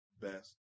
best